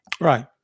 Right